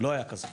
לא היה כזה.